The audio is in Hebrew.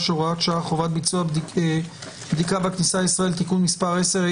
(הוראת שעה) (חובת ביצוע בדיקה בכניסה לישראל) (תיקון מס' 10),